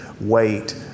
weight